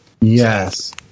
yes